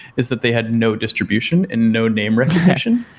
is that they had no distribution and no name recognition.